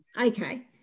okay